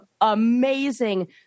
amazing